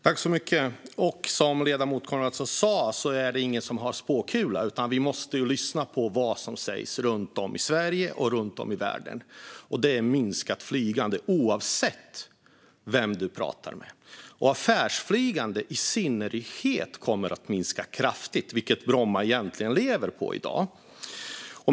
Fru talman! Som ledamoten Coenraads sa är det ingen som har spåkula, utan vi måste lyssna på vad som sägs runt om i Sverige och runt om i världen. Det är ett minskat flygande, oavsett vem man pratar med. I synnerhet affärsflygandet, som Bromma lever på i dag, kommer att minska kraftigt.